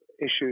issues